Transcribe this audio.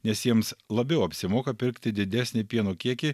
nes jiems labiau apsimoka pirkti didesnį pieno kiekį